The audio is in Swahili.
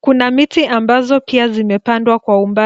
Kuna miti ambazo pia zimepandwa kwa umbali.